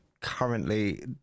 currently